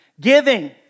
Giving